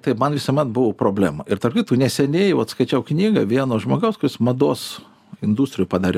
tai man visuomet buvo problema ir tarp kitko neseniai skaičiau knygą vieno žmogaus kuris mados industrijoj padarė